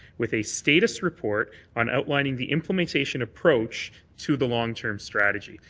with a status report on outlining the implementation approach to the long-term strategy.